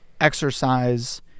exercise